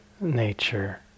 nature